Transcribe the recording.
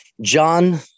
John